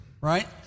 right